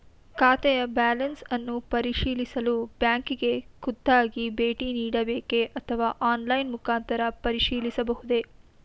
ಖಾತೆಯ ಬ್ಯಾಲೆನ್ಸ್ ಅನ್ನು ಪರಿಶೀಲಿಸಲು ಬ್ಯಾಂಕಿಗೆ ಖುದ್ದಾಗಿ ಭೇಟಿ ನೀಡಬೇಕೆ ಅಥವಾ ಆನ್ಲೈನ್ ಮುಖಾಂತರ ಪರಿಶೀಲಿಸಬಹುದೇ?